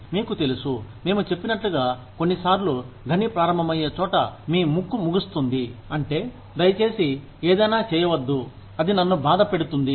మీకు తెలుసు మేము చెప్పినట్లుగా కొన్నిసార్లు మీ ముక్కు ముగిస్తుంది ఇక్కడ గని ప్రారంభమవుతుంది అంటే దయచేసి ఏదైనా చేయవద్దు అది నన్ను బాధ పెడుతుంది